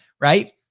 right